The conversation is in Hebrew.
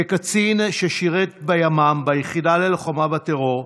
כקצין ששירת בימ"מ, ביחידה ללוחמה בטרור,